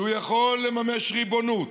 שיכול לממש ריבונות,